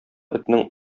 этнең